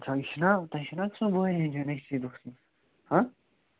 گژھان چھِنا تتہِ چھُنا سۅ وٲنِج رشید یوٗسُف ہا